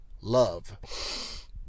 love